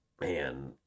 Man